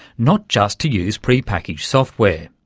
not just to use pre-packaged software.